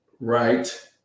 right